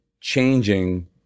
changing